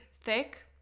thick